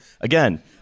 Again